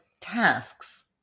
tasks